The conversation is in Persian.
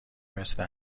مثل